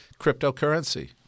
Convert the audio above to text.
Cryptocurrency